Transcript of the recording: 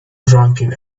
drunken